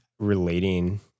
relating